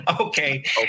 Okay